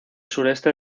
sureste